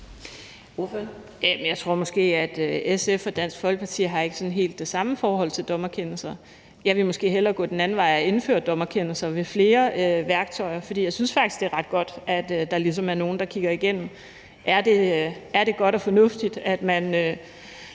Jeg tror måske, at SF og Dansk Folkeparti ikke har sådan helt det samme forhold til dommerkendelser. Jeg vil måske hellere gå den anden vej og indføre dommerkendelser i forbindelse med flere værktøjer, for jeg synes faktisk, det er ret godt, at der ligesom er nogle, der kigger igennem, om det er godt og fornuftigt, at man